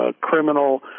criminal